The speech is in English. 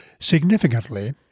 Significantly